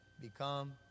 become